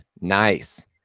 nice